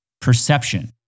perception